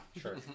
sure